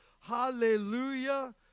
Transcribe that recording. hallelujah